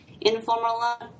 informal